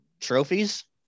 Trophies